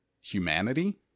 humanity